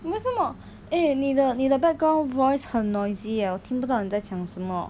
为什么 eh 你的你的 background voice 很 noisy eh 我听不到你在讲什么